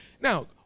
now